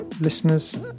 listeners